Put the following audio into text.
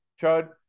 Chud